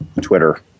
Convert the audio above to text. Twitter